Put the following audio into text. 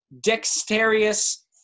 dexterous